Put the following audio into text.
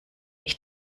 ich